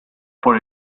por